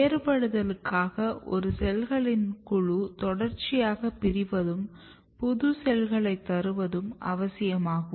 வேறுபடுத்தலுக்காக ஒரு செல்களின் குழு தொடர்ச்சியாக பிரிவதும்புது செல்களை தருவதும் அவசியமாகும்